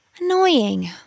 Annoying